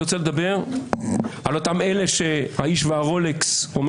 אני רוצה לדבר על האיש והרולקס שאומר